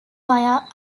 via